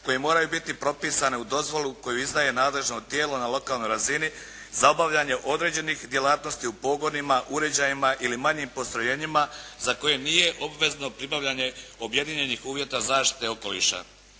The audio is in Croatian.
koje moraju biti propisane u dozvolu koju izdaje nadležno tijelo na lokalnoj razini za bavljenje određenih djelatnosti u pogonima, uređajima ili manjim postrojenjima za koje nije obvezno pribavljanje objedinjenih uvjeta zaštite okoliša.